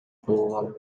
коюлган